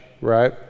right